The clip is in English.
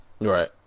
Right